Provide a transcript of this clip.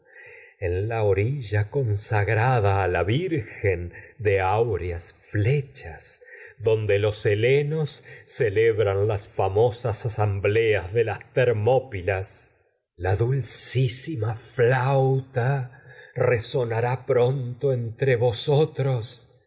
maliaco la orilla consagrada nos la virgen de áureas flechas donde los hele las famosas celebran asambleas de las termopilas vosotros no la dulcísima flauta resonará pronto entre